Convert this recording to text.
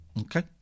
Okay